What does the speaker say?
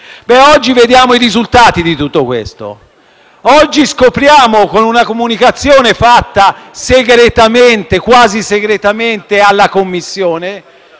oggi vediamo i risultati di tutto questo. Oggi scopriamo, con una comunicazione fatta quasi segretamente alla Commissione,